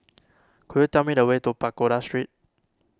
could you tell me the way to Pagoda Street